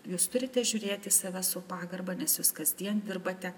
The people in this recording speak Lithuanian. jūs turite žiūrėt į save su pagarba nes jūs kasdien dirbate